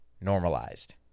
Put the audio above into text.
normalized